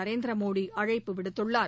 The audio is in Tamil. நரேந்திர மோடி அழைப்பு விடுத்துள்ளார்